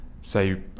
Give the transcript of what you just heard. say